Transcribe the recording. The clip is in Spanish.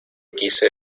quise